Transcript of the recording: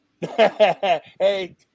Hey